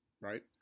Right